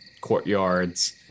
courtyards